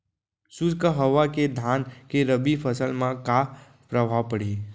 शुष्क हवा के धान के रबि फसल मा का प्रभाव पड़ही?